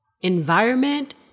environment